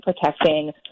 protecting